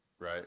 right